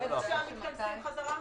באיזו שעה מתכנסים בחזרה?